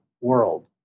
world